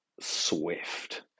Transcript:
swift